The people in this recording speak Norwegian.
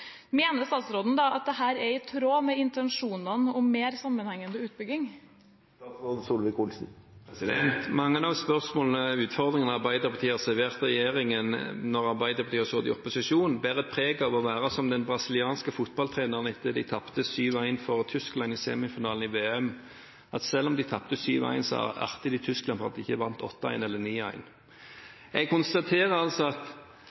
Mener statsråden at dette er i tråd med intensjonene om en mer sammenhengende utbygging? Mange av spørsmålene og utfordringene Arbeiderpartiet har servert regjeringen når Arbeiderpartiet sitter i opposisjon, bærer preg av å være som den brasilianske fotballtreneren etter at de tapte 7–1 for Tyskland i semifinalen i VM. Selv om de tapte 7–1, ertet de Tyskland for ikke å vinne med 8–1 eller 9–1. Jeg konstaterer altså at